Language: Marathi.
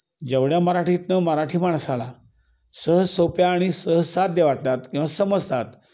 जेवढ्या मराठीतनं मराठी माणसाला सहज सोप्या आणि सहजसाध्य वाटतात किंवा समजतात